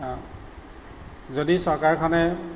যদি চৰকাৰখনে